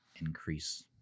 increase